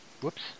Whoops